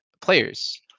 players